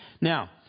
Now